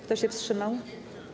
Kto się wstrzymał?